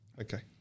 Okay